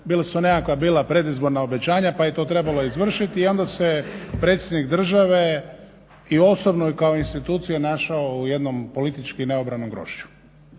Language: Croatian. bila su neka predizborna obećanja pa je to trebalo izvršiti i onda se predsjednik države i osobno i kao institucija našao u jednom politički neobranom grožđu.